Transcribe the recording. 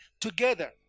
together